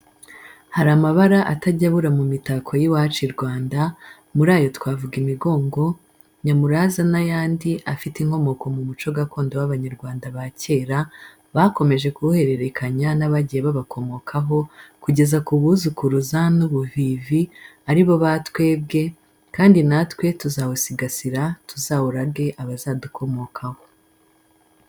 Hari amabara atajya abura mu mitako y'iwacu i Rwanda, muri ayo twavuga imigongo, nyamuraza n'ayandi afite inkomoko mu muco gakondo w'Abanyarwanda ba kera, bakomeje kuwuhererekanya n'abagiye babakomokaho, kugeza ku buzukuruza n'ubuvivi, ari bo ba twebwe, kandi natwe tuzawusigasira tuzawurage abazadukomokaho.